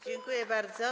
Dziękuję bardzo.